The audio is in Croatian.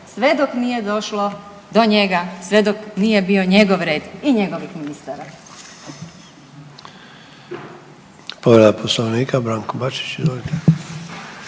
sve dok nije došlo do njega, sve dok nije bio njegov red i njegovih ministara.